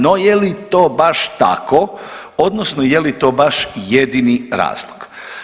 No je li to baš tako odnosno je li to baš jedini razlog?